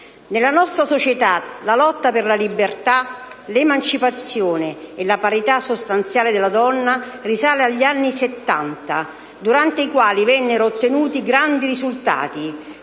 Nella nostra società la lotta per la libertà, l'emancipazione e la parità sostanziale della donna risale agli anni Settanta, durante i quali vennero ottenuti grandi risultati